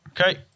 Okay